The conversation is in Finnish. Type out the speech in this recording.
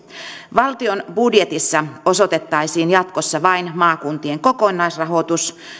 valtion budjetissa osoitettaisiin jatkossa vain maakuntien kokonaisrahoitus